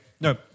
no